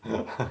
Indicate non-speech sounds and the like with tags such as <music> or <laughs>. <laughs>